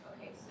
Okay